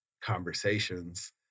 conversations